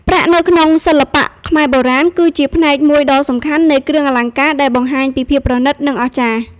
ប្រាក់ នៅក្នុងសិល្បៈខ្មែរបុរាណ គឺជាផ្នែកមួយដ៏សំខាន់នៃគ្រឿងអលង្ការដែលបង្ហាញពីភាពប្រណីត និងអស្ចារ្យ។